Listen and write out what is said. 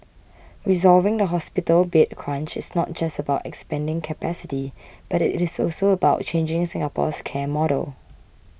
resolving the hospital bed crunch is not just about expanding capacity but it is also about changing Singapore's care model